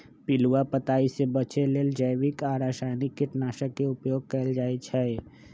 पिलुआ पताइ से बचे लेल जैविक आ रसायनिक कीटनाशक के उपयोग कएल जाइ छै